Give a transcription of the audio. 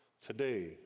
today